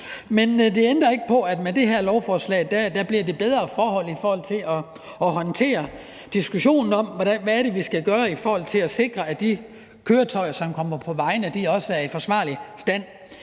Men det ændrer ikke på, at der med det her lovforslag bliver bedre betingelser for at håndtere diskussionen om, hvad vi skal gøre for at sikre, at de køretøjer, som kommer på vejene, også er i forsvarlig stand.